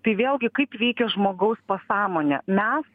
tai vėlgi kaip veikia žmogaus pasąmonė mes